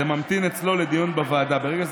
זה ממתין אצלו לדיון בוועדה.